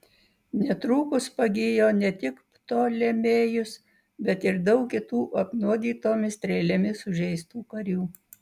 netrukus pagijo ne tik ptolemėjus bet ir daug kitų apnuodytomis strėlėmis sužeistų karių